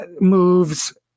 moves